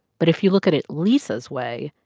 but if you look at it lisa's way,